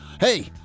Hey